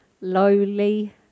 lowly